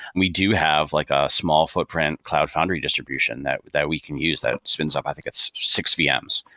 we do have like a small footprint cloud foundry distribution that that we can use that spins up, i think it's six vms.